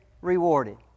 rewarded